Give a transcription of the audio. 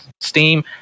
Steam